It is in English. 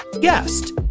guest